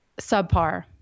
subpar